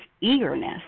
eagerness